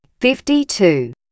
Fifty-two